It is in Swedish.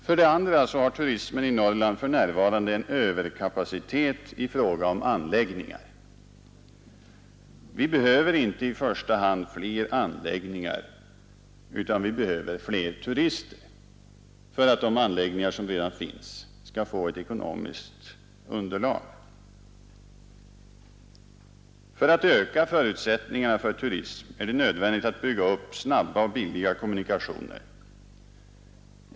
För det andra har turistnäringen i Norrland för närvarande en överkapacitet i fråga om anläggningar. Vi behöver inte i första hand fler anläggningar utan fler turister för att de anläggningar som redan finns skall få ett ekonomiskt underlag. För att öka förutsättningarna för turism är det nödvändigt att bygga upp snabba och billiga kommunikationer.